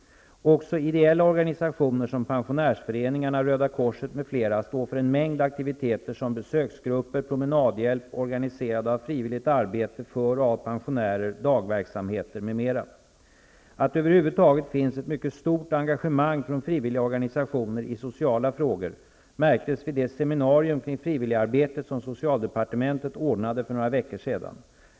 Också ideella organisationer som pensionärsföreningarna, Röda korset m.fl. står för en mängd aktiviteter som besöksgrupper, promenadhjälp, organiserande av frivilligt arbete för och av pensionärer, dagverksamheter m.m. Att det över huvud taget finns ett mycket stort engagemang från frivilliga organisationer i sociala frågor märktes vid det seminarium kring frivilligarbete som socialdepartementet ordnade för några veckor sedan.